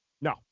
No